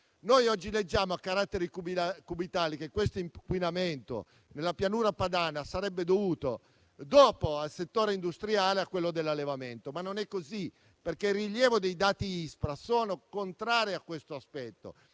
Noi oggi leggiamo a caratteri cubitali che l'inquinamento nella Pianura Padana sarebbe dovuto, dopo il settore industriale, al settore dell'allevamento, ma non è così. Il rilievo dei dati ISPRA contraddice questo dato.